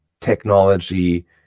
technology